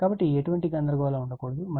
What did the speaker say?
కాబట్టి ఎటువంటి గందరగోళం ఉండకూడదు